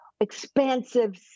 expansive